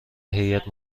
هیات